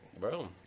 bro